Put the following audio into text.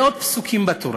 מאות פסוקים בתורה